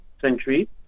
century